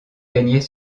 gagnait